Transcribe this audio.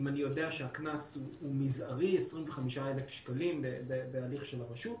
אם אני יודע שהקנס הוא מזערי 25,000 שקלים בהליך של הרשות.